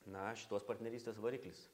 na šitos partnerystės variklis